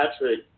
Patrick